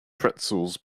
pretzels